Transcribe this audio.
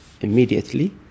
immediately